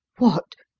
what!